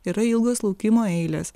yra ilgos laukimo eilės